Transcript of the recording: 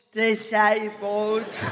disabled